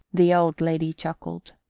the old lady chuckled.